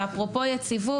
אפרופו יציבות,